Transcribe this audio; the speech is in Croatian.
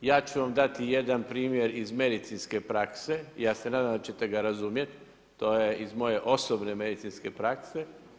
Ja ću vam dati jedan primjer iz medicinske prakse, ja se nadam da ćete ga razumjet, to je iz moje osobne medicinske prakse.